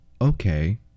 Okay